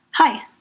Hi